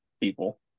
people